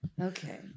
Okay